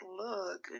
look